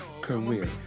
career